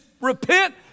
repent